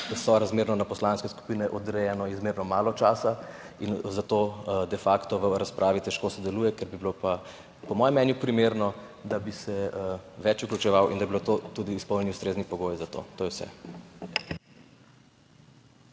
ima sorazmerno na poslanske skupine odrejenega izmerno malo časa in zato de facto v razpravi težko sodeluje, bi bilo pa po mojem mnenju primerno, da bi se več vključeval in da bi bili tudi izpolnjeni ustrezni pogoji za to. To je vse.